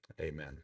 amen